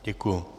Děkuju.